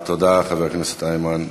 תודה, חבר הכנסת איימן.